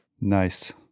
Nice